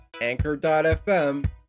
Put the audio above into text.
Anchor.fm